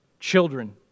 children